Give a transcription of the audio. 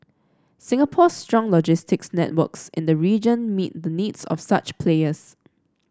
Singapore's strong logistics networks in the region meet the needs of such players